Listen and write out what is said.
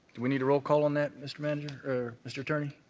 we need a roll call on that, mr. manager or mr. attorney?